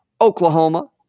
Oklahoma